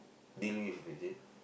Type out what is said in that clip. dealing with it is it